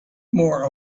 more